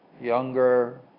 younger